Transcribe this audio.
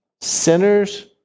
sinners